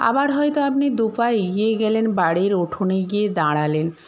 আবার হয়তো আপনি দু পা এগিয়ে গেলেন বাড়ির উঠোনে গিয়ে দাঁড়ালেন